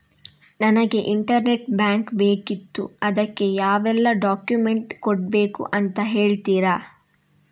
ನನಗೆ internet bank ಬೇಕಿತ್ತು ಅದಕ್ಕೆ ಯಾವೆಲ್ಲಾ ಡಾಕ್ಯುಮೆಂಟ್ಸ್ ಕೊಡ್ಬೇಕು ಅಂತ ಹೇಳ್ತಿರಾ?